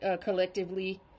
collectively